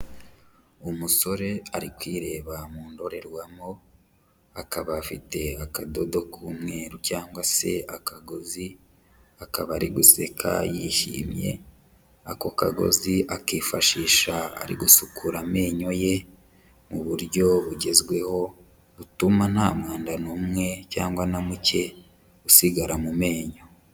Umusore ari kwireba mu ndorerwamo, akaba afite akadodo k'umweru cyangwa se akagozi, akaba ari guseka yishimye, ako kagozi akifashisha ari gusukura amenyo ye mu buryo bugezweho butuma nta mwanda n'umwe cyangwa na muke usigara mu menyo.